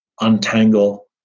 untangle